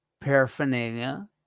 paraphernalia